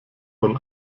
von